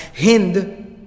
Hind